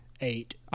eight